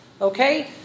Okay